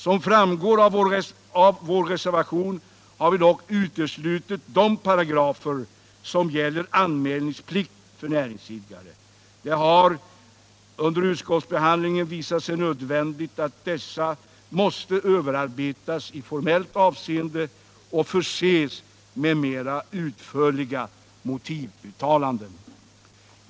Som framgår av vår reservation har vi dock uteslutit de paragrafer som gäller anmälningsplikt för näringsidkare. Det har vid utskottsbehandlingen visat sig nödvändigt att överarbeta dessa paragrafer i formellt avseende och förse dem med mera utförliga motivuttalanden.